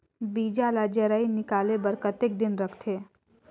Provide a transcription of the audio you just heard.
बीजा ला जराई निकाले बार कतेक दिन रखथे?